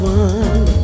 one